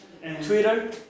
Twitter